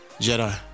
Jedi